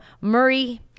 Murray